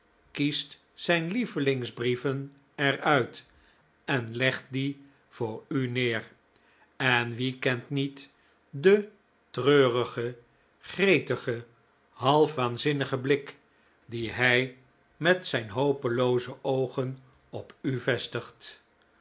kiest zijn lievelingsbrieven er uit en legt die voor u neer en wie kent niet den treurigen gretigen half waanzinnigen blik dien hij met zijn hopelooze oogen op u vestigt